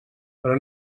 però